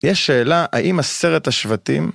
יש שאלה האם עשרת השבטים...